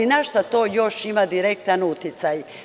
Na šta to još ima direktan uticaj?